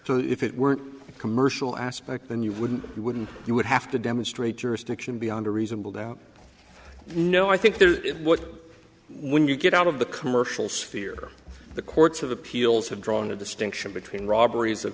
so if it were commercial aspect then you wouldn't you wouldn't you would have to demonstrate jurisdiction beyond a reasonable doubt no i think there it was when you get out of the commercials fear the courts of appeals have drawn a distinction between robberies of